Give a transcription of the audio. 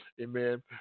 Amen